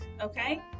Okay